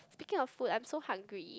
speaking of food I'm so hungry